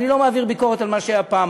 אני לא מעביר ביקורת על מה שהיה פעם,